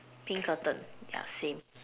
pink curtain yeah same